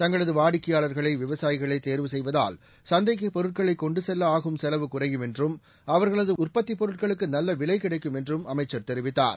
தங்களது வாடிக்கையாளர்களை விவசாயிகளே தேர்வு செய்வதால் சந்தைக்கு பொருட்களை கொண்டு செல்ல ஆகும் செலவு குறையும் என்றும் அவர்களது உற்பத்தி பொருட்களுக்கு நல்ல விலை கிடைக்கும் என்றும் அமைச்சர் தெரிவித்தார்